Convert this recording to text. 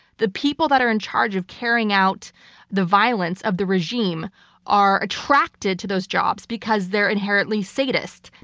the people that are in charge of carrying out the violence of the regime are attracted to those jobs because they're inherently sadists.